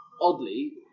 oddly